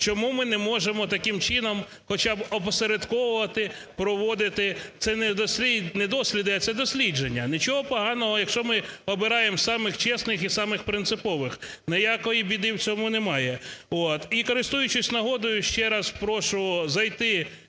чому ми не можемо таким чином хоча б опосередковувати, проводити, це не досліди, а це дослідження? Нічого поганого, якщо ми обираємо самих чесних і самих принципових, ніякої біди в цьому немає. І, користуючись нагодою, ще раз прошу зайти,